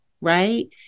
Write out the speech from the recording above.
right